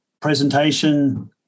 presentation